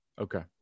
Okay